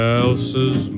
else's